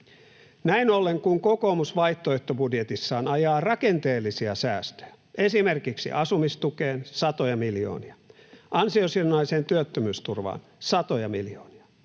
Näin ollen kun kokoomus vaihtoehtobudjetissaan ajaa rakenteellisia säästöjä, esimerkiksi asumistukeen satoja miljoonia ja ansiosidonnaiseen työttömyysturvaan satoja miljoonia,